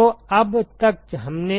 तो अब तक हमने